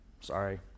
Sorry